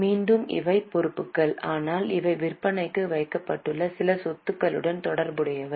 மீண்டும் இவை பொறுப்புகள் ஆனால் இவை விற்பனைக்கு வைக்கப்பட்டுள்ள சில சொத்துகளுடன் தொடர்புடையவை